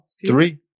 Three